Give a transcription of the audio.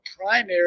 primary